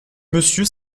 monsieur